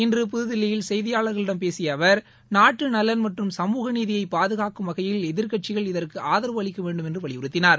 இன்ற புதுதில்லியில் செய்தியாளர்களிடம் பேசிய அவர் நாட்டுநலன் மற்றும் சமூக நீதியை பாதுகாக்கும் வகையில் எதிர்கட்சிகள் இதற்கு ஆதரவு அளிக்க வேண்டும் என்று வலியுறுத்தினார்